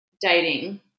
dating